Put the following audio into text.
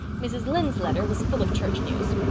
mrs. lynde's letter was full of church news.